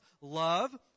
Love